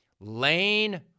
Lane